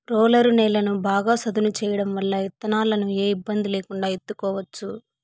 roller నేలను బాగా సదును చేయడం వల్ల ఇత్తనాలను ఏ ఇబ్బంది లేకుండా ఇత్తుకోవచ్చు